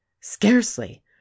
scarcely